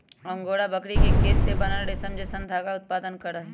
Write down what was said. angora बकरी के केश से बनल रेशम जैसन धागा उत्पादन करहइ